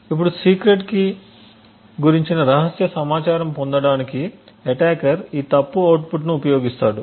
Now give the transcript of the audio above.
ఇప్పుడు secret key గురించిన రహస్య సమాచారం పొందడానికి అటాకర్ ఈ తప్పు అవుట్పుట్ను ఉపయోగిస్తాడు